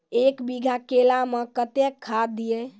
एक बीघा केला मैं कत्तेक खाद दिये?